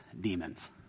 demons